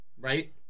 right